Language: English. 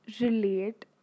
Relate